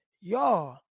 y'all